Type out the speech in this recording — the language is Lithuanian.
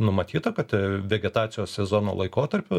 numatyta kad vegetacijos sezono laikotarpiu